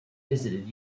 visited